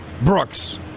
Brooks